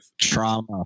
Trauma